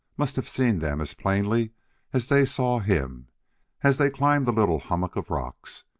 must have seen them as plainly as they saw him as they climbed the little hummock of rocks.